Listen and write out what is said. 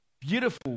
beautiful